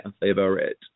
favorite